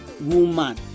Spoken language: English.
woman